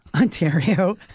Ontario